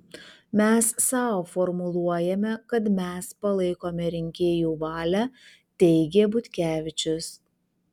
mes sau formuluojame kad mes palaikome rinkėjų valią teigė butkevičius